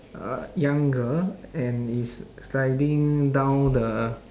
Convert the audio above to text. uh young girl and is sliding down the